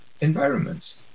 environments